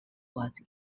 was